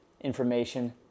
information